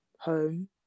home